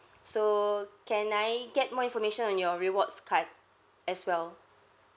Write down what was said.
so can I get more information on your rewards card as well